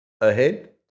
ahead